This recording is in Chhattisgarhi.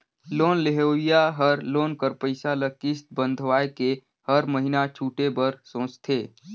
लोन लेहोइया हर लोन कर पइसा ल किस्त बंधवाए के हर महिना छुटे बर सोंचथे